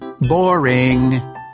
boring